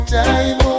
time